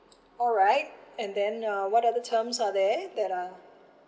alright and then uh what are the terms are there that are